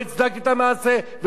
ולא הלכתי בכיוון הזה בכלל.